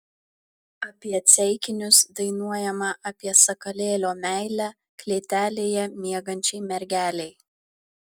apie ceikinius dainuojama apie sakalėlio meilę klėtelėje miegančiai mergelei